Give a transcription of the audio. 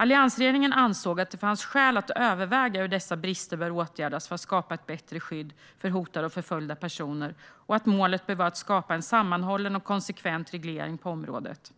Alliansregeringen ansåg att det fanns skäl att överväga hur dessa brister bör åtgärdas för att skapa ett bättre skydd för hotade och förföljda personer och att målet bör vara att skapa en sammanhållen och konsekvent reglering på området.